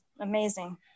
amazing